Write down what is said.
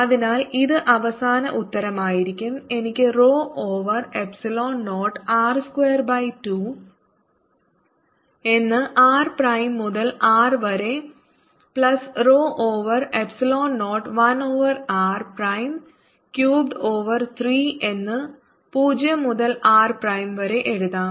അതിനാൽ ഇത് അവസാന ഉത്തരമായിരിക്കും എനിക്ക് rho over epsilon 0 R square by 2 എന്ന് r പ്രൈം മുതൽ R വരെ plus rho over epsilon 0 1 over r prime cubed over 3 എന്ന് 0 മുതൽ ആർ പ്രൈം വരെ എഴുതാം